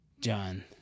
John